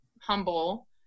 humble